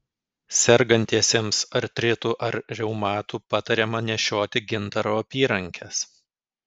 sergantiesiems artritu ar reumatu patariama nešioti gintaro apyrankes